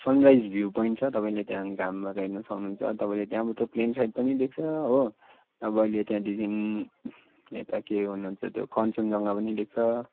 sunrise view point छ तपाईँले त्यहाँ घामहरू हेर्न सक्नुहुन्छ त्यहाँबाट तपाईँले प्लेन साइड पनि देख्छ हो अब अहिले त्यहाँदेखि यता के भन्नुहुन्छ त्यो कञ्चनजङ्घा पनि देख्छ